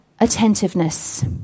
attentiveness